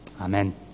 Amen